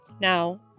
Now